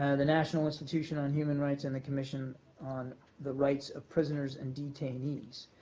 ah the national institution on human rights and the commission on the rights of prisoners and detainees